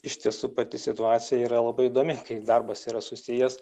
iš tiesų pati situacija yra labai įdomi kai darbas yra susijęs